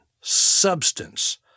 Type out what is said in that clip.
substance